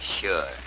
Sure